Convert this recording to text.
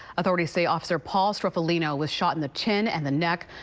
authorities say officer paul's tripoli know was shot in the ten and the neck.